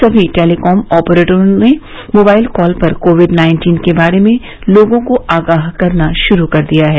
सभी टेलिकॉम ऑपरेटरों ने मोबाइल कॉल पर कोविड नाइन्टीन के बारे में लोगों को आगाह करना शुरू कर दिया है